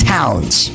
Towns